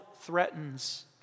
threatens